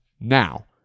Now